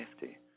safety